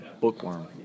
bookworm